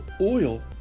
oil